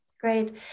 Great